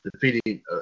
defeating